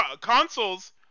Consoles